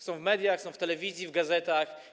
Są w mediach, są w telewizji, w gazetach.